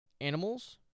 animals